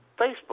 Facebook